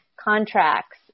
contracts